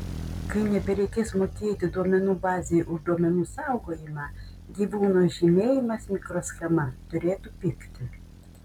kai nebereikės mokėti duomenų bazei už duomenų saugojimą gyvūno žymėjimas mikroschema turėtų pigti